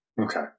Okay